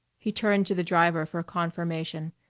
he turned to the driver for confirmation.